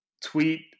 Tweet